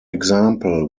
example